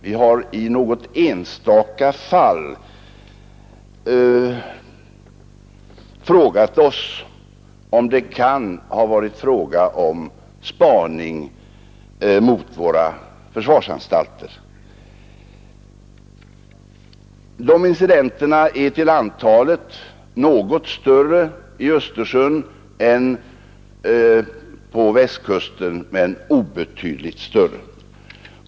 Vi har i något enstaka fall frågat oss om det kan ha gällt spaning mot våra försvarsanstalter. De incidenterna är till antalet något större i Östersjön än på Västkusten, dock obetydligt större.